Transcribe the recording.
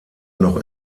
noch